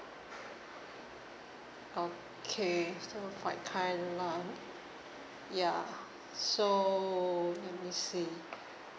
okay stir fried kailan ya so let me see